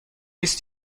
است